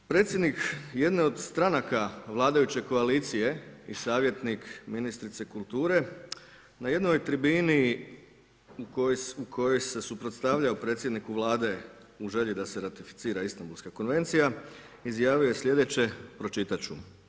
Predsjednik jedne od stranaka vladajuće koalicije i savjetnik ministrice kulture, na jednoj je tribini u kojoj se suprotstavljao predsjedniku Vladi u želji da se ratificira Istambulska konvencija, izjavio je sljedeće, pročitati ću.